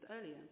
earlier